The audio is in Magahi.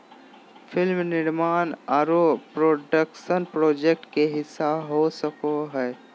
फिल्म निर्माण आरो प्रोडक्शन प्रोजेक्ट के हिस्सा हो सको हय